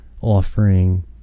offering